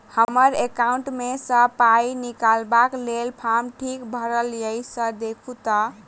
हम्मर एकाउंट मे सऽ पाई निकालबाक लेल फार्म ठीक भरल येई सँ देखू तऽ?